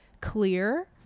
clear